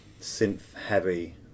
synth-heavy